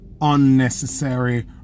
unnecessary